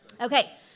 Okay